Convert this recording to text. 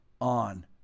on